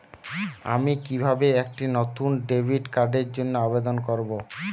আমি কিভাবে একটি নতুন ডেবিট কার্ডের জন্য আবেদন করব?